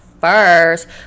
first